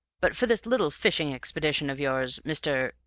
but for this little fishing expedition of yours, mr,